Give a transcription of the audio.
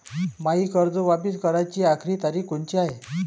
मायी कर्ज वापिस कराची आखरी तारीख कोनची हाय?